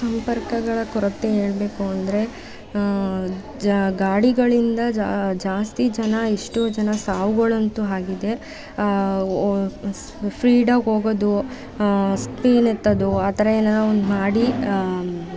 ಸಂಪರ್ಕಗಳ ಕೊರತೆ ಹೇಳಬೇಕು ಅಂದರೆ ಜ ಗಾಡಿಗಳಿಂದ ಜಾಸ್ತಿ ಜನ ಎಷ್ಟೋ ಜನ ಸಾವುಗಳಂತೂ ಆಗಿದೆ ಓ ಸ್ಪ್ರೀಡಾಗಿ ಹೋಗೋದು ಸ್ಪೀಲ್ ಎತ್ತೋದು ಆ ಥರ ಏನೋ ಒಂದು ಮಾಡಿ